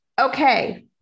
Okay